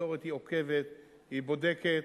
התקשורת עוקבת, היא בודקת.